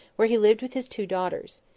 where he lived with his two daughters.